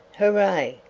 hooray!